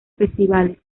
festivales